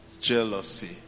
jealousy